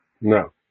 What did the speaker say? No